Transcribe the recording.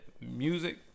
music